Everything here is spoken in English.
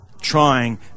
trying